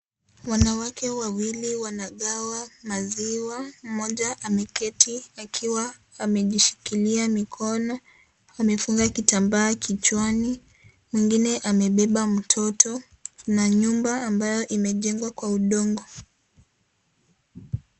Wanawake wawili wanagawa maziwa, moja ameketi akiwa amejishikilia mikono amefunga kitambaa kichwani, mwingine amembeba mtoto, kunaa nyumba ambao umejengwa kwa udongo.